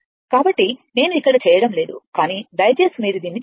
కాబట్టి నేను ఇక్కడ చేయడం లేదు కానీ దయచేసి మీరు దీన్ని చేయండి